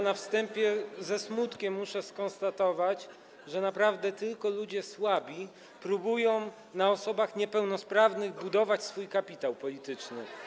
Na wstępie ze smutkiem muszę skonstatować, że naprawdę tylko ludzie słabi próbują na osobach niepełnosprawnych budować swój kapitał polityczny.